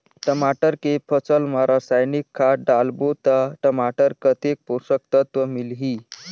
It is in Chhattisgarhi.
टमाटर के फसल मा रसायनिक खाद डालबो ता टमाटर कतेक पोषक तत्व मिलही?